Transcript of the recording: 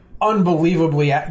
unbelievably